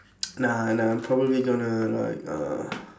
nah nah I'm probably gonna like uh